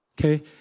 Okay